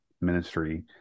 ministry